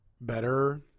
better